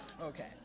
okay